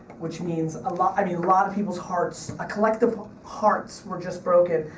which means a lot i mean lot of people's hearts, a collective hearts were just broken.